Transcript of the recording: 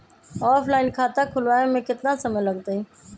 Offline खाता खुलबाबे में केतना समय लगतई?